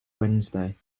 wednesday